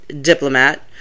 diplomat